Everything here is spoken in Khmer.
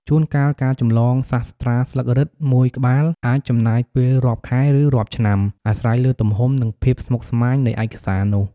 ជួនកាល ការចម្លងសាស្រ្តាស្លឹករឹតមួយក្បាលអាចចំណាយពេលរាប់ខែ ឬរាប់ឆ្នាំអាស្រ័យលើទំហំ និងភាពស្មុគស្មាញនៃឯកសារនោះ។